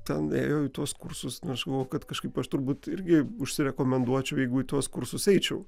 ten ėjo į tuos kursus aš galvojau kad kažkaip aš turbūt irgi užsirekomenduočiau jeigu į tuos kursus eičiau